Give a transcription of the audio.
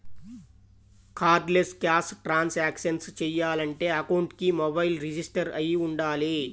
cardless cash transactions చెయ్యాలంటే అకౌంట్కి mobile register అయ్యి వుండాలి